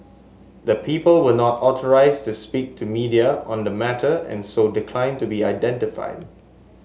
the people were not authorised to speak to media on the matter and so declined to be identified